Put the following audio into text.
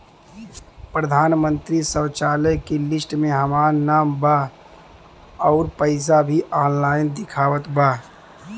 प्रधानमंत्री शौचालय के लिस्ट में हमार नाम बा अउर पैसा भी ऑनलाइन दिखावत बा